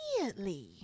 Immediately